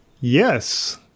Yes